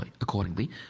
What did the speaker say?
Accordingly